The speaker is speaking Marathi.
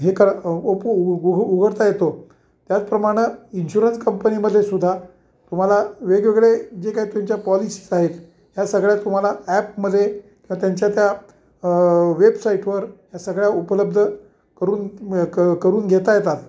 हे कर ओपू उ उघडता येतो त्याचप्रमाणं इन्शुरन्स कंपनीमध्ये सुुद्धा तुम्हाला वेगवेगळे जे काही तुमच्या पॉलिसीस आहेत ह्या सगळ्या तुम्हाला ॲपमध्ये किंवा त्यांच्या त्या वेबसाईटवर ह्या सगळ्या उपलब्ध करून क करून घेता येतात